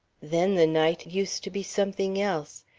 then the night used to be something else.